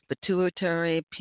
pituitary